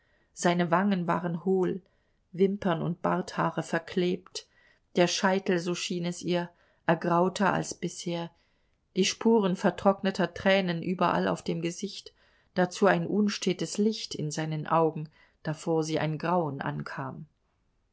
seine wangen waren hohl wimpern und barthaare verklebt der scheitel so schien es ihr ergrauter als bisher die spuren vertrockneter tränen überall auf dem gesicht dazu ein unstetes licht in seinen augen davor sie ein grauen ankam